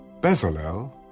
Bezalel